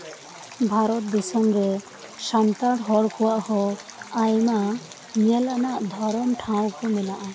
ᱵᱷᱟᱨᱚᱛ ᱫᱤᱥᱚᱢ ᱨᱮ ᱥᱟᱱᱛᱟᱲ ᱦᱚᱲ ᱠᱚᱣᱟᱜ ᱦᱚᱸ ᱟᱭᱢᱟ ᱧᱮᱞ ᱟᱱᱟᱜ ᱫᱷᱚᱨᱚᱢ ᱴᱷᱟᱶ ᱠᱚ ᱢᱮᱱᱟᱜᱼᱟ